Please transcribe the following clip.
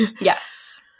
Yes